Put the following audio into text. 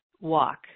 walk